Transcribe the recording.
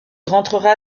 rentrera